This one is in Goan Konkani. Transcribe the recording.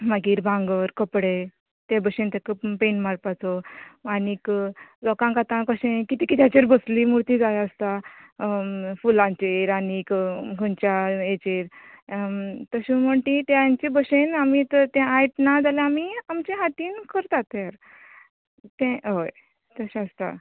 मागीर भांगर कपडे ते भशीन तेका पेंट मारपाचो आनीक लोकांक आतां कशें कितें कित्याचेर बसली मुर्ती जाय आसता फुलांचेर आनीक खंयच्याय हेचेर तशे म्हण ती तेंच्या भशेन आमी तर ते आयट ना जाल्यार आमी आमच्या हातीन करता तयार ते हय तशे आसता